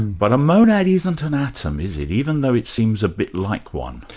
but a monad isn't an atom, is it, even though it seems a bit like one?